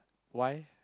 why